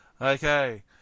Okay